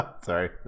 Sorry